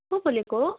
को बोलेको